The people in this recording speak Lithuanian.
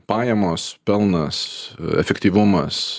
pajamos pelnas efektyvumas